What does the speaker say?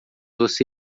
você